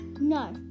No